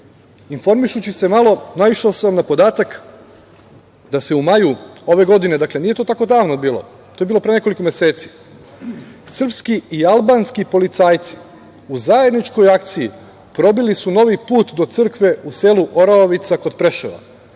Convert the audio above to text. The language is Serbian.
Informišući se malo naišao sam na podatak da se u maju ove godine, dakle nije to tako davno bilo, to je bilo pre nekoliko meseci, srpski i albanski policajci u zajedničkoj akciji probili su novi put do crkve u selu Oraovica kod Preševa.